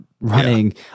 running